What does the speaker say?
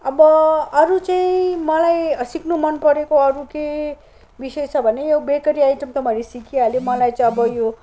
अब अरू चाहिँ मलाई सिक्न मन परेको अरू के बिषय छ भने यो बेकरी आइटम त मैले सिकिहालेँ मालई चाहिँ अब यो